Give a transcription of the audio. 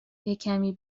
یکمی